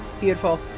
Beautiful